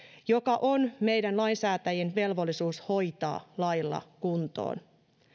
joka on meidän lainsäätäjien velvollisuus hoitaa lailla kuntoon